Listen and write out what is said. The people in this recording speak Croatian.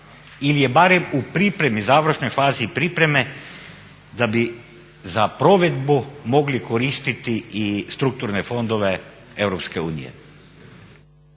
ili je barem u pripremi, završnoj fazi pripreme, da bi za provedbu mogli koristiti i strukturne fondove EU?